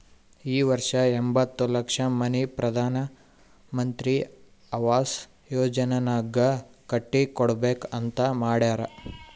ಈ ವರ್ಷ ಎಂಬತ್ತ್ ಲಕ್ಷ ಮನಿ ಪ್ರಧಾನ್ ಮಂತ್ರಿ ಅವಾಸ್ ಯೋಜನಾನಾಗ್ ಕಟ್ಟಿ ಕೊಡ್ಬೇಕ ಅಂತ್ ಮಾಡ್ಯಾರ್